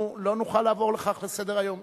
אנחנו לא נוכל לעבור על כך לסדר-היום.